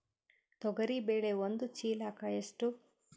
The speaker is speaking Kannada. ತೊಗರಿ ಬೇಳೆ ಒಂದು ಚೀಲಕ ಎಷ್ಟು?